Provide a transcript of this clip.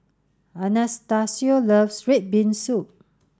Anastacio loves red bean soup